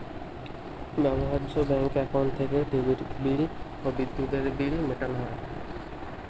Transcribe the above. ব্যবহার্য bank account থেকে টিভির বিল, বিদ্যুতের বিল মেটানো যায়